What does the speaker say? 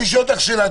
אני שואל אותך שאלה.